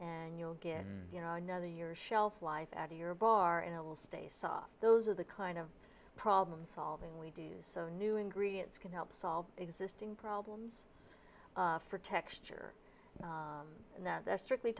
and you'll get you know another your shelf life at your bar and it will stay soft those are the kind of problem solving we do so new ingredients can help solve existing problems for texture and that's strictly